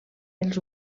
els